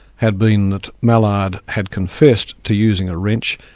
had been that mallard had confessed to using a wrench,